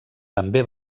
també